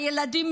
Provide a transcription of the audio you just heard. הילדים,